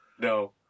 No